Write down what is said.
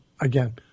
again